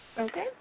Okay